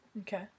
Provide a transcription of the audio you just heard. Okay